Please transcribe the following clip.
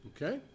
Okay